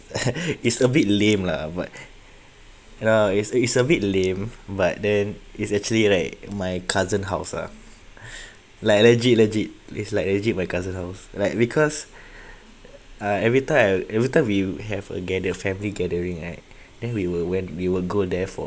is a bit lame lah but you know is a is a bit lame but then it's actually right my cousin house lah like legit legit is like legit my cousin house like because ah every time I every time we would have a gather family gathering right then we will went we will go there for